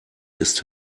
ist